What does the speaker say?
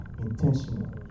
intentional